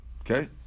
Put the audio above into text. Okay